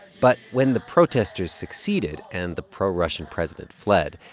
but when the protesters succeeded, and the pro-russian president fled,